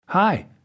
Hi